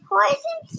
Poison